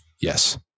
yes